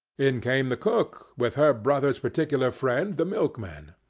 in came the cook, with her brother's particular friend, the milkman.